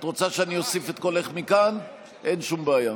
את רוצה שאני אוסיף את קולך מכאן, אין שום בעיה.